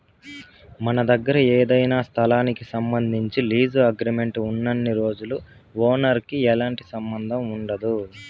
మన దగ్గర ఏదైనా స్థలానికి సంబంధించి లీజు అగ్రిమెంట్ ఉన్నన్ని రోజులు ఓనర్ కి ఎలాంటి సంబంధం ఉండదు